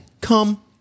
come